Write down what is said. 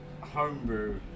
homebrew